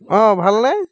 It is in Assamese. অঁ ভাল নে